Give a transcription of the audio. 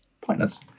pointless